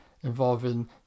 involving